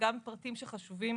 וגם הפרטים שחשובים